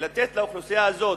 ולתת לאוכלוסייה הזאת,